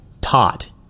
taught